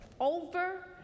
Over